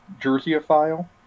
jerseyophile